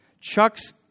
Chuck's